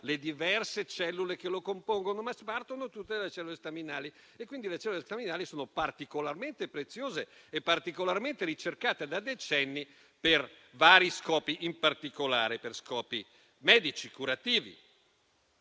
le diverse cellule che lo compongono. Tutto parte, però, dalle cellule staminali. Quindi, le cellule staminali sono particolarmente preziose e particolarmente ricercate da decenni per vari scopi, in particolare per scopi medici e curativi,